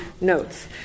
notes